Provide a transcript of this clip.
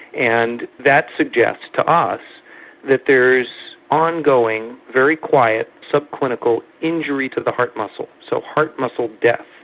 and that suggests to us that there is ongoing very quiet subclinical injury to the heart muscle, so heart muscle death,